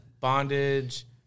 bondage